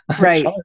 right